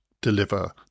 deliver